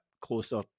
closer